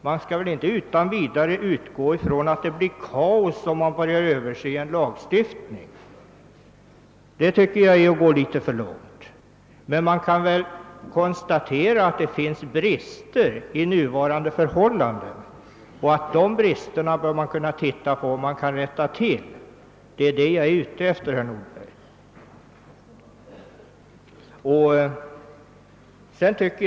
Man skall inte utan vidare utgå från att det blir kaos om man börjar överse en lagstiftning — det är att gå litet för långt. Vi kan dock konstatera att det finns brister i den nuvarande lagstiftningen och man bör kunna undersöka huruvida det är möjligt att rätta till de bristerna — och det är det jag är ute efter, herr Nordberg.